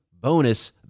bonus